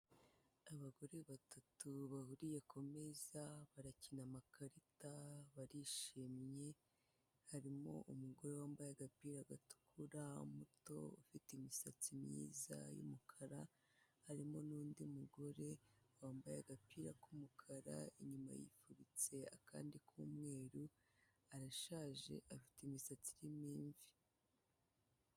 Abagore batatu bahuriye kumeza barakina amakarita barishimye, harimo umugore wambaye agapira gatukura muto ufite imisatsi myiza y'umukara, harimo nundi mugore wambaye agapira k'umukara inyuma yifutse akandi k'umweru arashaje afite imisatsi irimo imvi.